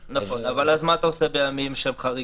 נכון, אבל מה אתה עושה בימים שהם חריגים?